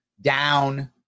down